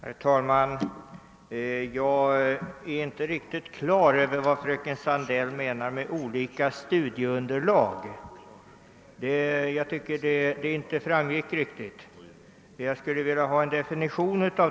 Herr talman! Jag är inte riktigt på det klara med vad fröken Sandell avser med uttrycket »olika studieunderlag». Det framgick inte riktigt, och jag skulle därför vilja ha en definition.